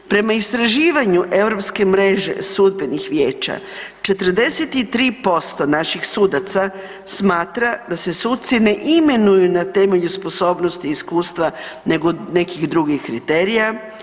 Prema istraživanju europske mreže sudbenih vijeća 43% naših sudaca smatra da se suci ne imenuju na temelju sposobnosti, iskustva nego nekih drugih kriterija.